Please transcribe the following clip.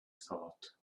thought